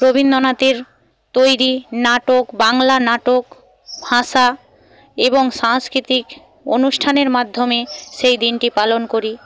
রবীন্দ্রনাথের তৈরি নাটক বাংলা নাটক ভাষা এবং সাংস্কৃতিক অনুষ্ঠানের মাধ্যমে সেই দিনটি পালন করি